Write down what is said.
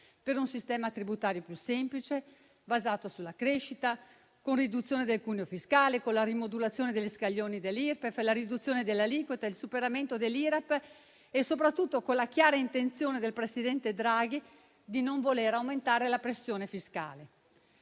per un sistema tributario più semplice, basato sulla crescita, con riduzione del cuneo fiscale, con la rimodulazione degli scaglioni dell'Irpef, la riduzione delle aliquote, il superamento dell'IRAP e, soprattutto, con la chiara intenzione del presidente Draghi di non voler aumentare la pressione fiscale.